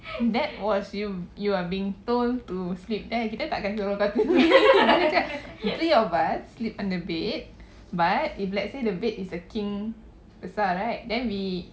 that was you you are being told to sleep there kita takkan suruh kau tidur situ the three of us sleep on the bed but if let's say the bed is a king besar right then we